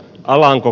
alanko